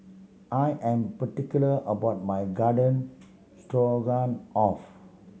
I am particular about my Garden Stroganoff